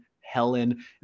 helen